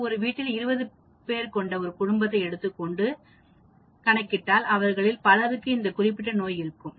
நான் ஒரு வீட்டில் 20 பேர் கொண்ட ஒரு குடும்பத்தை எடுத்துக் கொண்டால் எப்படி அவர்களில் பலருக்கு இந்த குறிப்பிட்ட நோய் இருக்கும்